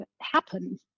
happen